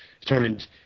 determined